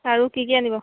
আৰু কি কি আনিব